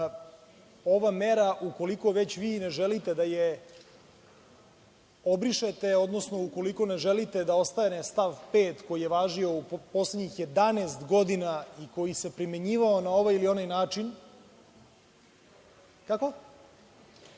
ova mera, ukoliko već vi ne želite da je obrišete, odnosno ukoliko ne želite da ostane stav 5. koji je važio u poslednjih 11 godina i koji se primenjivao na ovaj ili onaj način,